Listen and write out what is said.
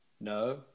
No